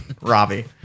Robbie